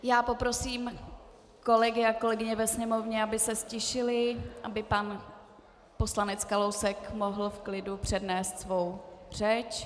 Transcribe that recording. Já poprosím kolegy a kolegyně ve sněmovně, aby se ztišili, aby pan poslanec Kalousek mohl v klidu přednést svou řeč.